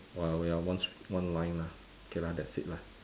!wah! we are one str~ one line lah okay lah that's it lah